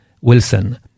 Wilson